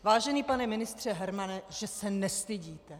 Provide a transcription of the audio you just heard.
Vážený pane ministře Hermane, že se nestydíte!